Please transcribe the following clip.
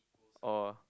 or